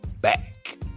back